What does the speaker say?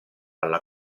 alla